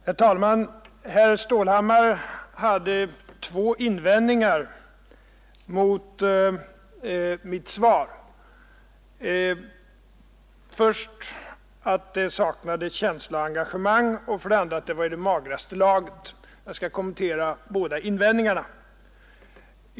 Herr talman! Herr Stålhammar hade två invändningar mot mitt svar: för det första att det saknade känsla och engagemang och för det andra att det var i magraste laget. Jag skall kommentera båda invändningarna.